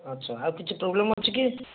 ଆଚ୍ଛା ଆଉ କିଛି ପ୍ରୋବ୍ଲେମ୍ ଅଛି କି